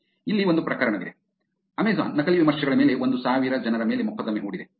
ಇಲ್ಲಿ ಒಂದು ಪ್ರಕರಣವಿದೆ ಅಮೆಜಾನ್ ನಕಲಿ ವಿಮರ್ಶೆಗಳ ಮೇಲೆ ಒಂದು ಸಾವಿರ ಜನರ ಮೇಲೆ ಮೊಕದ್ದಮೆ ಹೂಡಿದೆ